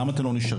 למה אתם לא נשארים?